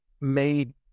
made